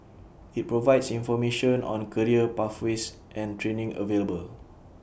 IT provides information on career pathways and training available